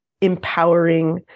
empowering